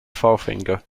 forefinger